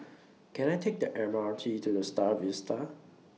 Can I Take The M R T to The STAR Vista